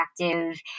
interactive